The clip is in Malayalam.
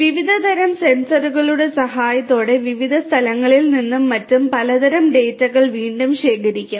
വിവിധ തരം സെൻസറുകളുടെ സഹായത്തോടെ വിവിധ സ്ഥലങ്ങളിൽ നിന്നും മറ്റും പലതരം ഡാറ്റകൾ വീണ്ടും ശേഖരിക്കും